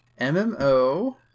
MMO